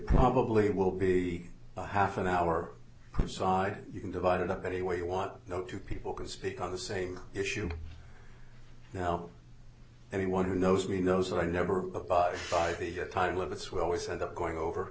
probably will be a half an hour side you can divide it up any way you want no two people can speak on the same issue now anyone who knows me knows that i never abide by the time limits we always end up going over